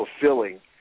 fulfilling